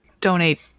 donate